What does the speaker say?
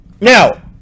now